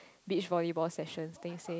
bitch volleyball sessions they say